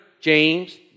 James